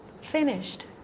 finished